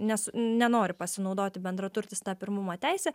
nes nenori pasinaudoti bendraturtis ta pirmumo teise